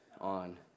on